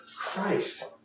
Christ